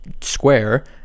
square